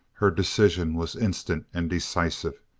her decision was instant and decisive.